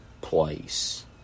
place